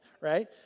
Right